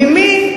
ממי?